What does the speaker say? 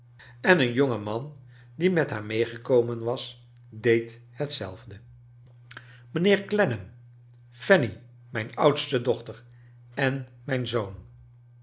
en een jonge man die met haar meegekomen was deed hetzelfde go charles dickens mijnheer clennam fanny rnijn oudste dochter en mijn zoon